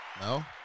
No